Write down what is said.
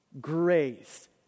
grace